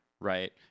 Right